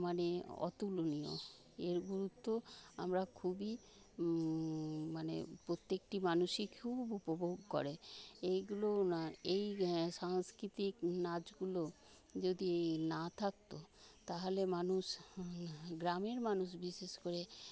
মানে অতুলনীয় এর গুরুত্ব আমরা খুবই মানে প্রত্যেকটি মানুষই খুব উপভোগ করে এইগুলোও না এই সাংস্কৃতিক নাচগুলো যদি এই না থাকত তাহলে মানুষ গ্রামের মানুষ বিশেষ করে